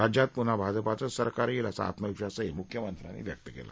राज्यात पुन्हा भाजपाचं सरकार येईल असा आत्मविश्वासही मुख्यमंत्र्यांनी व्यक्त केला